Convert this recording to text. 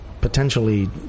potentially